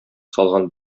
салган